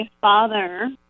father